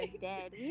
dead